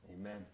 Amen